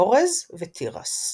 אורז ותירס.